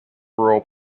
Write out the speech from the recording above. rural